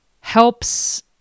helps